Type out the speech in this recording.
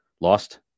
lost